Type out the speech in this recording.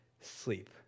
sleep